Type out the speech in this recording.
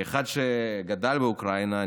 כאחד שגדל באוקראינה,